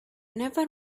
never